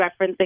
referencing